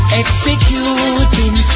executing